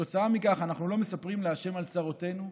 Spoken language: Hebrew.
כתוצאה מכך, אנחנו לא מספרים לה' על צרותינו,